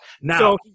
Now